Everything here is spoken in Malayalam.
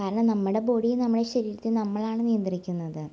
കാരണം നമ്മുടെ ബോഡി നമ്മുടെ ശരീരത്തെ നമ്മളാണ് നിയന്ത്രിക്കുന്നത്